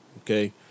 okay